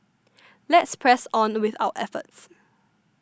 let's press on with our efforts